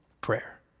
prayer